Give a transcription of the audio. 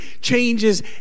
changes